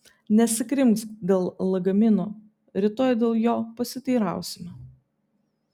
nesikrimsk dėl lagamino rytoj dėl jo pasiteirausime